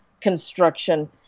construction